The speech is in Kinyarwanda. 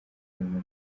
inyuma